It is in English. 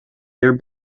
air